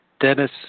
Dennis